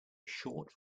short